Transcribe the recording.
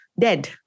dead